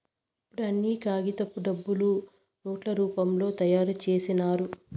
ఇప్పుడు అన్ని కాగితపు డబ్బులు నోట్ల రూపంలో తయారు చేసినారు